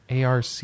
ARC